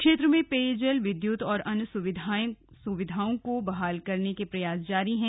क्षेत्र में पेयजल विद्युत और अन्य सुविधाओं को बहाल करने के प्रयास जारी हैं